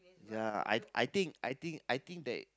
ya I I think I think I think that